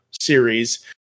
series